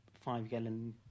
five-gallon